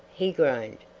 he groaned.